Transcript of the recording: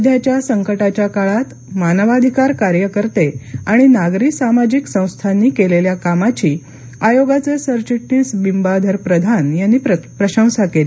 सध्याच्या संकटाच्या काळात मानवाधिकार कार्यकर्ते आणि नागरी सामाजिक संस्थांनी केलेल्या कामाची आयोगाचे सरचिटणीस बिंबाधर प्रधान यांनी प्रशंसा केली